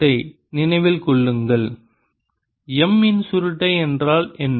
நினைவில் கொள்ளுங்கள் M இன் சுருட்டை என்றால் என்ன